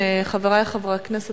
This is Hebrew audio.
חברי חברי הכנסת,